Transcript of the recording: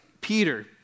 Peter